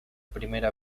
primera